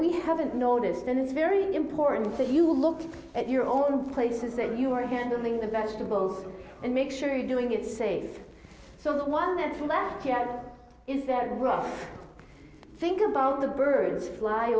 we haven't noticed and it's very important that you look at your own places that you are handling the vegetables and make sure you're doing it safe so that one is last year is that right think about the birds fly